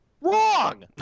Wrong